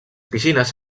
piscines